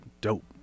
dope